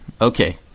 okay